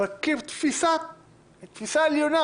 אבל כתפיסה עליונה